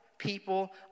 People